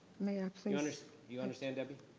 may i please do you understand debbie?